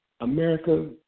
America